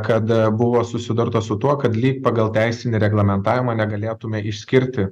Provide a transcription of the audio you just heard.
kad buvo susidurta su tuo kad lyg pagal teisinį reglamentavimą negalėtume išskirti